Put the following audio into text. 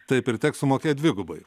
taip ir teks sumokėt dvigubai